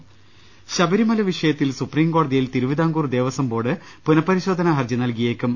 രദ്ദമ്പ്പെട്ടറ ശബരിമല വിഷയത്തിൽ സുപ്രീംകോടതിയിൽ തിരുവിതാംകൂർ ദേവസ്വം ബോർഡ് പുനഃപരിശോധനാ ഹർജി നൽകിയേക്കും